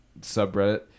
subreddit